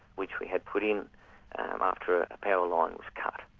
which we had put in um after a power line was cut.